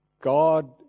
God